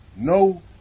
No